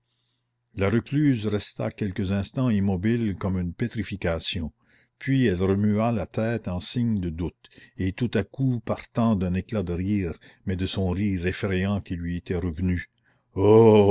la recluse resta quelques instants immobile comme une pétrification puis elle remua la tête en signe de doute et tout à coup partant d'un éclat de rire mais de son rire effrayant qui lui était revenu ho